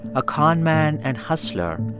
a con man and hustler,